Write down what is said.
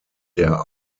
der